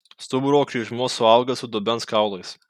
stuburo kryžmuo suaugęs su dubens kaulais